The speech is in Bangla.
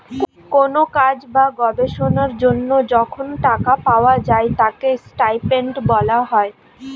কোন কাজ বা গবেষণার জন্য যখন টাকা পাওয়া যায় তাকে স্টাইপেন্ড বলা হয়